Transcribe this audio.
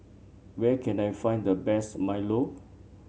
where can I find the best milo